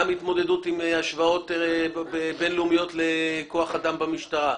גם התמודדות עם השוואות בין-לאומיות בכוח אדם במשטרה.